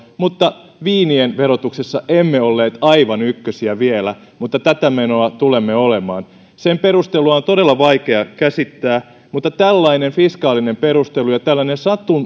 viinien verotuksessa emme olleet aivan ykkösiä vielä mutta tätä menoa tulemme olemaan sen perustelua on todella vaikea käsittää mutta tällainen fiskaalinen perustelu ja tällainen